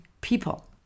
people